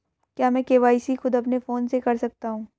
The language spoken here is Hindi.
क्या मैं के.वाई.सी खुद अपने फोन से कर सकता हूँ?